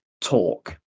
talk